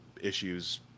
issues